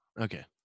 okay